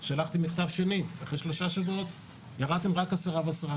שלחתי מכתב שני, אחרי 3 שבועות: ירדתם רק ב-10%.